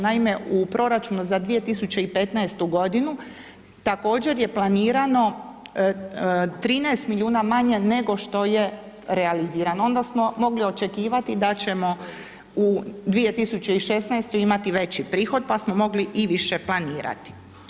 Naime u proračunu za 2015. godinu također je planirano 13 milijuna mane nego što je realizirano onda smo mogli očekivati da ćemo u 2016. veći prihod pa smo mogli i više planirati.